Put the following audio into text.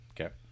okay